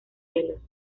celos